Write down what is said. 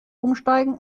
umsteigen